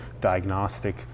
diagnostic